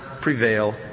prevail